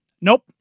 nope